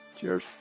Cheers